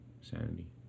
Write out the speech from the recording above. sanity